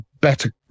better